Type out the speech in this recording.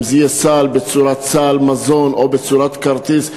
אם זה יהיה סל בצורת סל מזון או בצורת כרטיס,